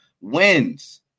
wins